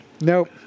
Nope